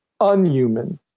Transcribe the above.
unhuman